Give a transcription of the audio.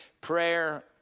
Prayer